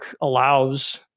allows